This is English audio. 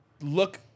Look